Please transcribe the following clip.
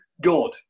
God